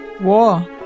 War